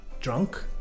drunk